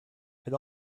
had